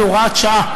כהוראת שעה,